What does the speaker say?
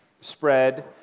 spread